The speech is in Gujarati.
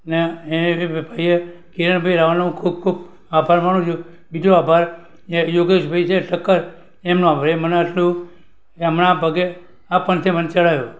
ને એ ભાઈ એ કિરણભાઈ રાવલનો ખૂબ ખૂબ આભાર માનું છું બીજો આભાર જે યોગેશ ભાઈ છે ઠક્કર એમનો આવે એ મને આટલું એમના પગે આ પંથે મને ચડાવ્યો